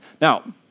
Now